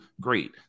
great